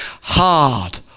Hard